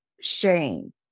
shame